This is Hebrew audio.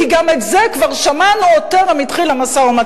כי גם את זה כבר שמענו עוד טרם התחיל המשא-ומתן.